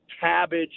cabbage